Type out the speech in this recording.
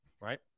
right